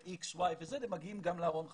משהו מסוים אבל מגיעים גם לארון החשמל.